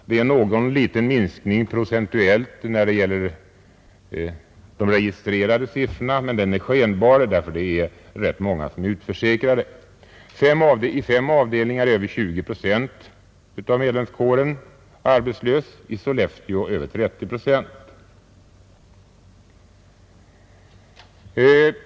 Det är någon liten minskning procentuellt när det gäller de registrerade siffrorna, men den är skenbar därför att det är rätt många som är utförsäkrade. 1 fem avdelningar är över 20 procent av medlemskåren arbetslösa, i Sollefteå över 30 procent.